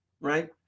right